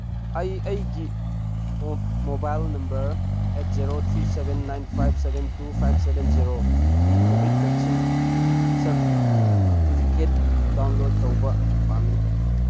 ꯑꯩ ꯑꯩꯒꯤ mobile number eight zero three seven nine five seven two five seven ꯖꯦꯔꯣꯒꯤ Covid vaccine certificate download ꯇꯧꯕ ꯄꯥꯝꯃꯤ